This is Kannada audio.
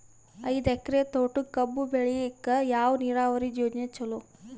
ಐದು ಎಕರೆ ತೋಟಕ ಕಬ್ಬು ಬೆಳೆಯಲಿಕ ಯಾವ ನೀರಾವರಿ ಯೋಜನೆ ಚಲೋ?